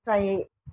चाहे